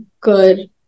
good